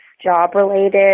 job-related